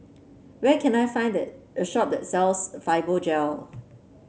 where can I find the a shop that sells Fibogel